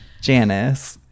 Janice